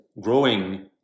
growing